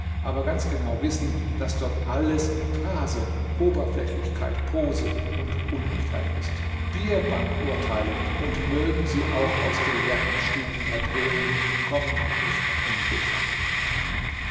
aber ganz genau wissen daß dort alles phrase oberflächlichkeit pose und unechtheit ist bierbankurteile und mögen sie auch aus gelehrtenstuben erdröhnen kommen nicht in betracht